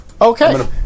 Okay